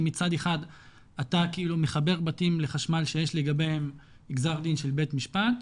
כי מצד אחד אתה כאילו מחבר בתים לחשמל שיש לגביהם גזר דין של בית משפט,